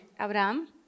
Abraham